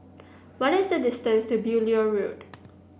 what is the distance to Beaulieu Road